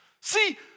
See